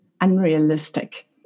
unrealistic